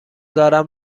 دارم